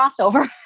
crossover